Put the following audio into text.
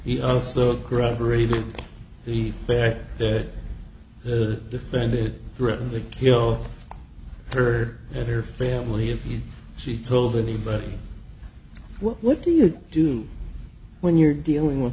he also corroborated the fact that the defended threatened to kill her and her family if he she told anybody what do you do when you're dealing with